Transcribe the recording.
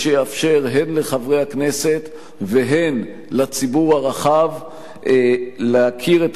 שיאפשר הן לחברי הכנסת והן לציבור הרחב להכיר את